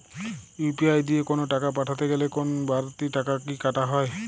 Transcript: UPI দিয়ে কোন টাকা পাঠাতে গেলে কোন বারতি টাকা কি কাটা হয়?